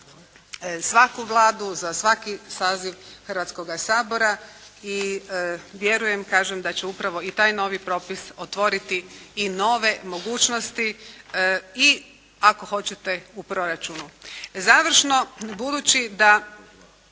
svaku Vladu, za svaki saziv Hrvatskoga saziva. Vjerujem, kažem, da će upravo i taj novi propis otvoriti i nove mogućnosti i ako hoćete u proračunu. Završno budući da